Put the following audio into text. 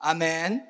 Amen